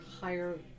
higher